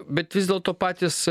bet vis dėlto patys